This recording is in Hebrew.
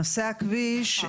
נושא הכביש,